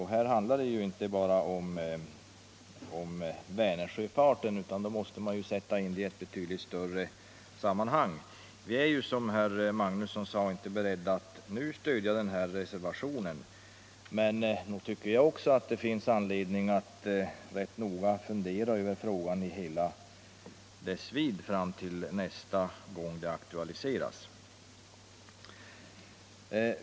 Här handlar det inte bara om Vänersjöfarten, utan vi måste se frågan i ett betydligt större sammanhang. Vi är, som herr Magnusson i Kristinehamn sade, inte beredda att stödja reservationen, men nog finns det anledning att rätt noga fundera över frågan i hela dess vidd.